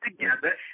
together